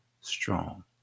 strong